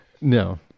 No